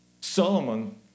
Solomon